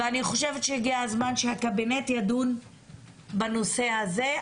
הגיע הזמן שהקבינט ידון בנושא הזה,